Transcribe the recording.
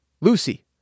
Lucy